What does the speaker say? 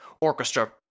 orchestra